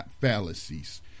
fallacies